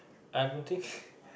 I don't think